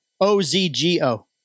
O-Z-G-O